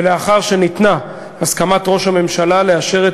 ולאחר שניתנה הסכמת ראש הממשלה לאשר את